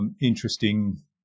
interesting